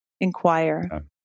inquire